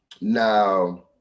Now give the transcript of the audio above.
Now